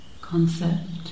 concept